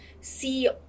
see